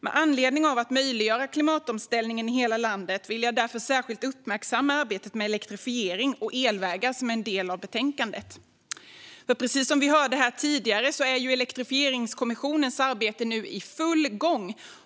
Med anledning av att det måste vara möjligt med en klimatomställning i hela landet vill jag därför särskilt uppmärksamma arbetet med elektrifiering och elvägar som är en del av betänkandet. Precis som vi hörde tidigare är elektrifieringskommissionens arbete nu i full gång.